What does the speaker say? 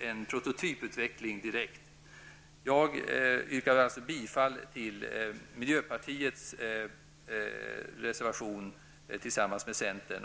en prototyputveckling direkt. Jag yrkar således bifall till miljöpartiets reservation tillsammans med centern.